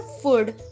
food